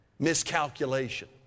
Miscalculation